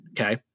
okay